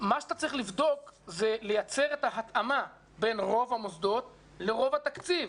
אתה צריך לייצר את ההתאמה בין רוב המוסדות לרוב התקציב.